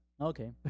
Okay